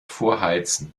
vorheizen